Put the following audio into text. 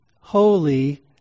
holy